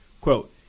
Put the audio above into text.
Quote